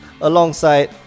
Alongside